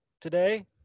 today